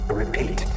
repeat